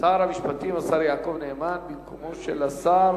שר המשפטים, השר יעקב נאמן, במקום השר